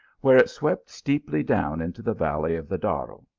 where it swept steeply down into the valley of the darro.